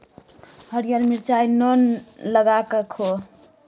हरियर मिरचाई नोन लगाकए खो